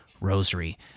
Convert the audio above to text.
rosary